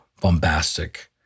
bombastic